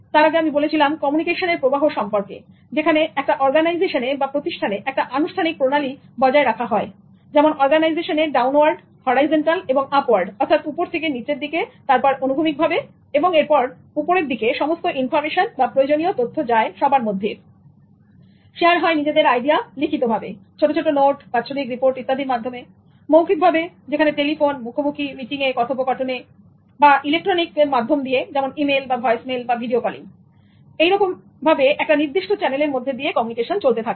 তার আগে আমি বলেছিলাম কমিউনিকেশনের প্রবাহ সম্পর্কে যেখানে একটা অর্গানাইজেশনে বা প্রতিষ্ঠানে একটা আনুষ্ঠানিক প্রণালী বজায় রাখা হয় যেমন অরগানাইজেশনে ডাউনওয়ার্ড হরাইজন্টাল এবং আপওয়ার্ড অর্থাৎ উপর থেকে নিচের দিকে তারপর অনুভূমিকভাবে এবং এরপর উপরের দিকে সমস্ত ইনফরমেশন বা প্রয়োজনীয় তথ্য যায় সবার মধ্যে শেয়ার হয় নিজেদের আইডিয়া লিখিত ভাবে চিঠি ছোট নোট বাৎসরিক রিপোর্ট ইত্যাদি মৌখিক ভাবে টেলিফোনে মুখোমুখি মিটিংয়ে কথোপকথনে বা electronic email voice mail video calling মাধ্যম দিয়ে এইরকমভাবে একটা নির্দিষ্ট চ্যানেলের মধ্য দিয়ে কমিউনিকেশন চলতে থাকে